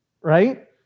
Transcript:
right